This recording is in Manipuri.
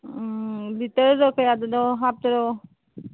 ꯎꯝ ꯂꯤꯇꯔꯗ ꯀꯌꯥꯗꯅꯣ ꯍꯥꯞꯇꯔꯣ